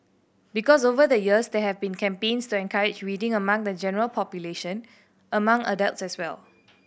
because over the years there have been campaigns to encourage reading among the general population among adults as well